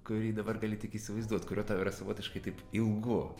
kurį dabar gali tik įsivaizduot kurio tau yra savotiškai taip ilgu